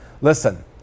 Listen